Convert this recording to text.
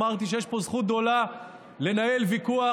אמרתי שיש פה זכות גדולה לנהל ויכוח,